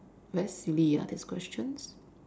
very silly ah these questions